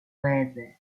web